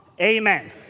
Amen